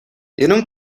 jenom